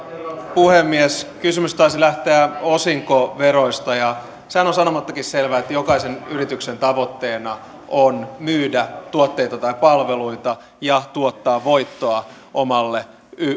puhemies kysymys taisi lähteä osinkoveroista sehän on sanomattakin selvää että jokaisen yrityksen tavoitteena on myydä tuotteita tai palveluita ja tuottaa voittoa